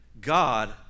God